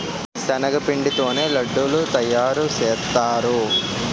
శనగపిండి తోనే లడ్డూలు తయారుసేత్తారు